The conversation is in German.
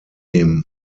dem